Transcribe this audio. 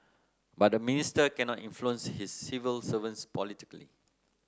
but a minister cannot influence his civil servants politically